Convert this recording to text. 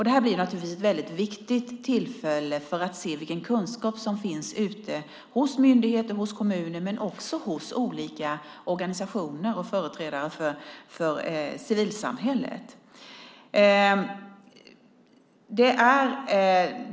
Detta blir naturligtvis ett viktigt tillfälle för att se vilken kunskap som finns ute hos myndigheter och kommuner och också hos olika organisationer och företrädare för civilsamhället.